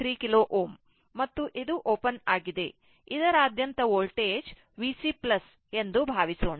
ಮತ್ತು ಇದು ಓಪನ್ ಆಗಿದೆ ಮತ್ತು ಇದರಾದ್ಯಂತ ವೋಲ್ಟೇಜ್ VC ಎಂದು ಭಾವಿಸೋಣ